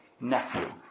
nephew